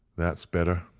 that's better,